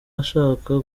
ashaka